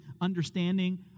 understanding